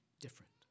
different